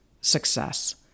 success